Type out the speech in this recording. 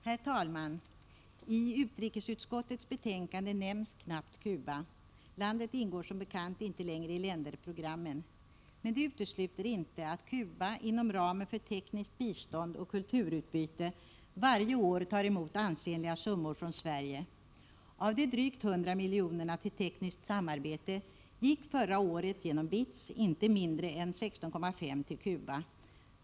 Herr talman! I utrikesutskottets betänkande nämns knappt Cuba — landet ingår som bekant inte längre i länderprogrammen. Men det utesluter inte att Cuba inom ramen för tekniskt bistånd och kulturutbyte varje år tar emot ansenliga summor från Sverige. Av de drygt 100 miljonerna till tekniskt samarbete gick förra året genom BITS inte mindre än 16,5 till Cuba.